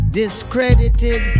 discredited